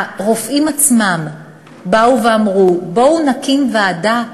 הרופאים עצמם באו ואמרו: בואו נקים ועדה,